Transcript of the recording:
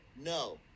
no